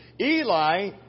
Eli